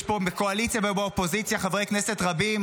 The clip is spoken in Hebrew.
יש פה בקואליציה ובאופוזיציה חברי כנסת רבים,